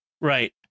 right